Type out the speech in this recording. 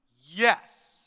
yes